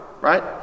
right